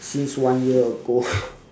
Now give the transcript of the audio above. since one year ago